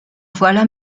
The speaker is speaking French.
voilà